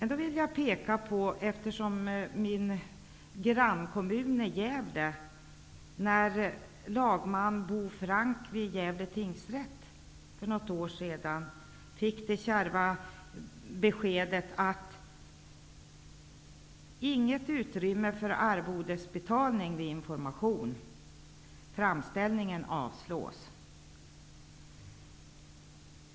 Jag vill då nämna ett exempel från min grannkommun Gävle, där lagman Bo Frank vid Gävle tingsrätt för något år sedan fick det kärva beskedet: Inget utrymme för arvodesbetalning vid information. Framställningen avslås.